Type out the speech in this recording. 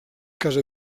casa